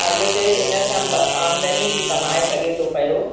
अॻिते इन सां ॿ आमदनी बि कमाए सघे थो पियो